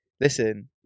Listen